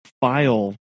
file